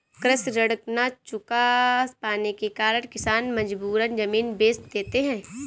कृषि ऋण न चुका पाने के कारण किसान मजबूरन जमीन बेच देते हैं